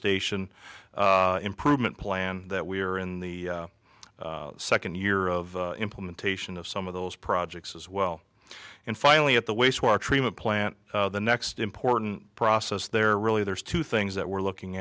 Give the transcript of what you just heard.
station improvement plan that we are in the second year of implementation of some of those projects as well and finally at the wastewater treatment plant the next important process there really there's two things that we're looking